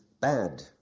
bad